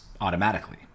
automatically